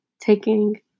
taking